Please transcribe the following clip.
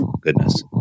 goodness